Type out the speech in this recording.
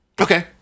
Okay